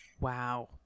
Wow